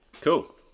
cool